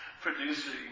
producing